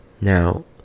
Now